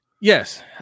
Yes